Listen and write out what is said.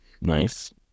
nice